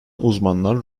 uzmanlar